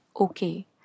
okay